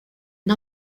une